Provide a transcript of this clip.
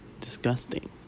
Disgusting